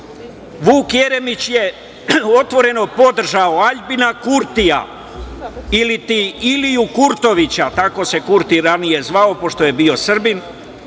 Vuk Jeremić je otvoreno podržao Aljbina Kurtija, iliti Iliju Kurtovića, tako se Kurti ranije zvao pošto je bio Srbin,